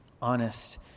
honest